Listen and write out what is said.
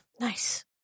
Nice